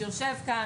שיושב כאן,